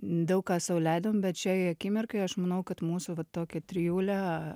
daug ką sau leidom bet šiai akimirkai aš manau kad mūsų va tokią trijulę